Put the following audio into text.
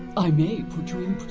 i may put